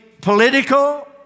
political